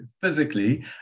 physically